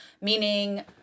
Meaning